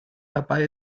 dabei